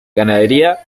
ganadería